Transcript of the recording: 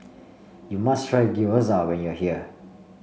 you must try Gyoza when you are here